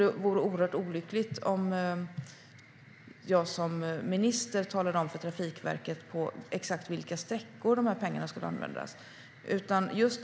Det vore oerhört olyckligt om jag som minister talade om för Trafikverket exakt för vilka sträckor pengarna ska användas.